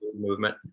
movement